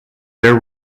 their